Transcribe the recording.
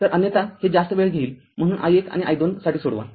तर अन्यथा हे जास्त वेळ घेईलम्हणून i१ आणि i२ साठी सोडवा